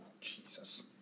Jesus